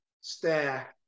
stare